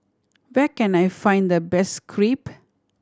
where can I find the best Crepe